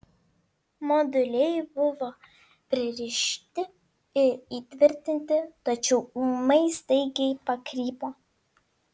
moduliai buvo pririšti ir įtvirtinti tačiau ūmai staigiai pakrypo